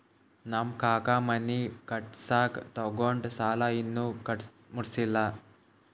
ನಮ್ ಕಾಕಾ ಮನಿ ಕಟ್ಸಾಗ್ ತೊಗೊಂಡ್ ಸಾಲಾ ಇನ್ನಾ ಮುಟ್ಸಿಲ್ಲ